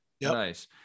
Nice